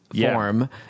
form